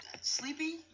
Sleepy